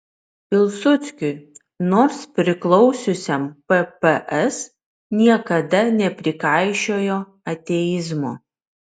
pilsudskiui nors priklausiusiam pps niekada neprikaišiojo ateizmo